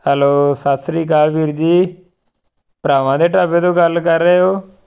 hello ਸਤਿ ਸ਼੍ਰੀ ਅਕਾਲ ਵੀਰ ਜੀ ਭਰਾਵਾਂ ਦੇ ਢਾਬੇ ਤੋਂ ਗੱਲ ਕਰ ਰਹੇ ਹੋ